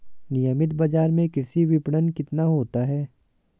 नियमित बाज़ार में कृषि विपणन कितना होता है?